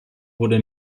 wurde